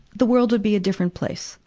the world would be a different place.